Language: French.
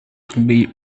tombé